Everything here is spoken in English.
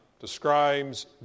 describes